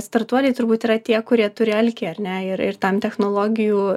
startuoliai turbūt yra tie kurie turi alkį ar ne ir ir tam technologijų